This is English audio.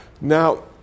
Now